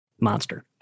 monster